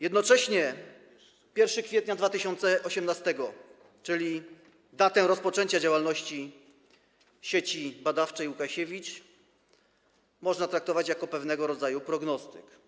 Jednocześnie 1 kwietnia 2018 r., czyli datę rozpoczęcia działalności Sieci Badawczej: Łukasiewicz, można traktować jako pewnego rodzaju prognostyk.